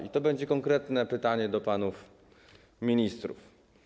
I to będzie konkretne pytanie do panów ministrów.